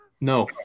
No